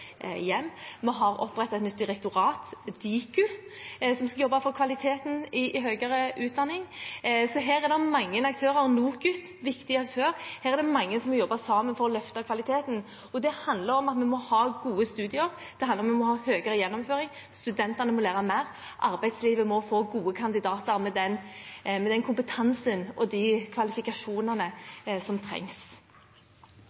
hjem. Vi har opprettet et nytt direktorat, Diku, som skal jobbe for kvaliteten i høyere utdanning. Her er det mange aktører, bl.a. er NOKUT en viktig aktør. Det er mange som jobber sammen for å løfte kvaliteten, og det handler om at vi må ha gode studier, vi må ha høyere gjennomføringsgrad, studentene må lære mer, og arbeidslivet må få gode kandidater med den kompetansen og de kvalifikasjonene